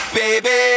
baby